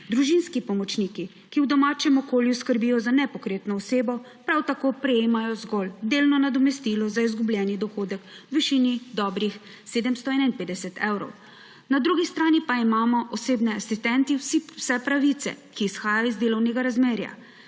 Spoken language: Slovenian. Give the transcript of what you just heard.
Družinski pomočniki, ki v domačem okolju skrbijo za nepokretno osebo, prav tako prejemajo zgolj delno nadomestilo za izgubljeni dohodek v višini dobrih 751 evrov. Na drugi strani pa imajo osebni asistenti vse pravice, ki izhajajo iz delovnega razmerja.